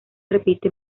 repite